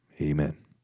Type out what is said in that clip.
Amen